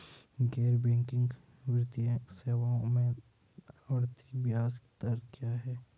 गैर बैंकिंग वित्तीय सेवाओं में आवर्ती ब्याज दर क्या है?